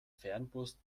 fernbus